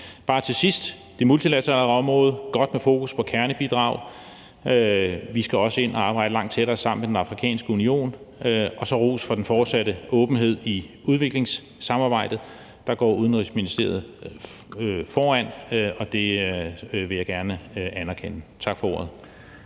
bare sige, at det multilaterale område har godt med fokus på kernebidrag. Vi skal også ind at arbejde langt tættere sammen med den afrikanske union. Og så ros for den fortsatte åbenhed i udviklingssamarbejdet. Der går Udenrigsministeriet foran, og det vil jeg gerne anerkende. Tak for ordet.